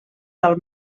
del